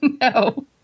No